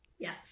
yes